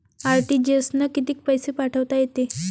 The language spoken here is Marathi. आर.टी.जी.एस न कितीक पैसे पाठवता येते?